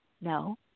no